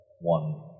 one